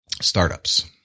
startups